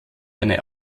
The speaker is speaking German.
eine